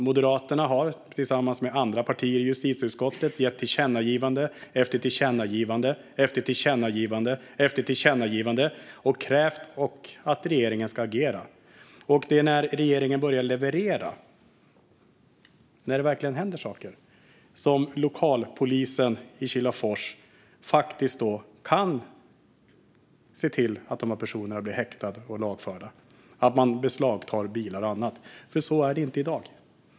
Moderaterna har tillsammans med andra partier i justitieutskottet riktat tillkännagivande efter tillkännagivande och krävt att regeringen ska agera. Det är när regeringen börjar leverera - när det verkligen händer saker - som lokalpolisen i Kilafors faktiskt kan se till att dessa personer blir häktade och lagförda och att bilar och annat beslagtas. Så är det inte i dag.